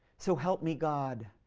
so help me, god,